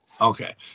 Okay